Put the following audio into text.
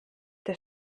der